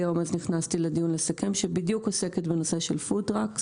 היום אז נכנסתי לדיון שעוסקת בנושא פוד-טראקס,